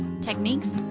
techniques